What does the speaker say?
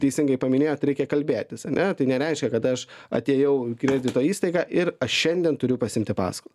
teisingai paminėjot reikia kalbėtis ane tai nereiškia kad aš atėjau kredito įstaigą ir aš šiandien turiu pasiimti paskolą